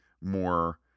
more